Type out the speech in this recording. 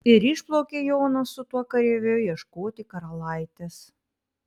ir išplaukė jonas su tuo kareiviu ieškoti karalaitės